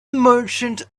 merchant